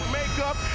makeup